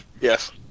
Yes